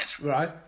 Right